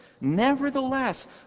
Nevertheless